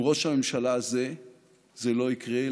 עם ראש הממשלה הזה זה לא יקרה.